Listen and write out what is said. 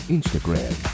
Instagram